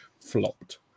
flopped